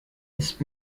ist